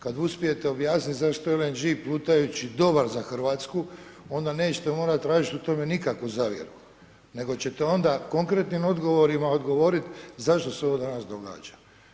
Kad uspijete objasnit zašto LNG plutajući dobar za Hrvatsku onda neće morat tražit u tome nikakvu zavjeru, nego ćete onda konkretnim odgovorima odgovorit zašto se ovo danas događa.